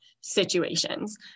situations